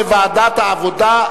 לדיון מוקדם בוועדת העבודה,